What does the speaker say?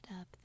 up